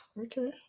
Okay